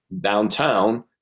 downtown